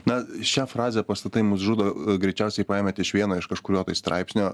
na šią frazę pastatai mus žudo greičiausiai paėmėt iš vieno iš kažkurio tai straipsnio